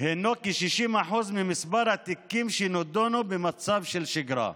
הוא כ-60% ממספר התיקים שנדונו במצב של שגרה.